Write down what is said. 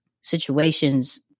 situations